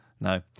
no